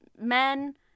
men